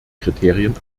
kriterien